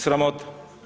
Sramota.